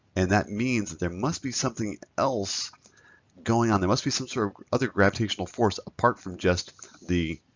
and that means that there must be something else going on. there must be some sort of other gravitational force apart from just the